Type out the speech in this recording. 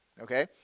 Okay